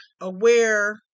aware